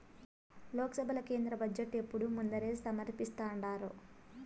లోక్సభల కేంద్ర బడ్జెటు ఎప్పుడూ ముందరే సమర్పిస్థాండారు